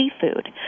seafood